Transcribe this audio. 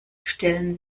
stellen